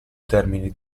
termini